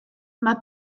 mae